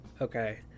Okay